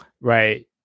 Right